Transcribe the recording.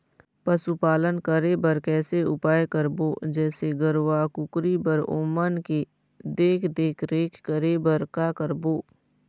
पशुपालन करें बर कैसे उपाय करबो, जैसे गरवा, कुकरी बर ओमन के देख देख रेख करें बर का करबो?